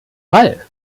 fall